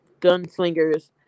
gunslingers